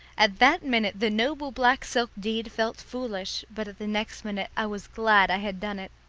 at that minute the noble black-silk deed felt foolish, but at the next minute i was glad i had done it.